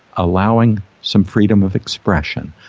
allowing some freedom of expression,